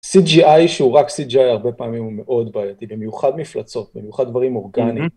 CGI, שהוא רק CGI, הרבה פעמים הוא מאוד בעייתי, במיוחד מפלצות, במיוחד דברים אורגניים.